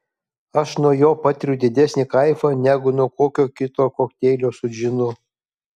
aš nuo jo patiriu didesnį kaifą negu nuo kokio kito kokteilio su džinu